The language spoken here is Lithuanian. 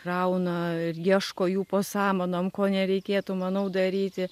rauna ir ieško jų po samanom ko nereikėtų manau daryti